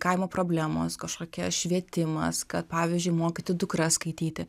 kaimo problemos kažkokie švietimas kad pavyzdžiui mokyti dukras skaityti